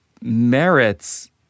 merits